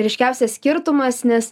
ryškiausias skirtumas nes